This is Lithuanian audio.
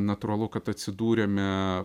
natūralu kad atsidūrėme